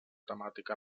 temàtica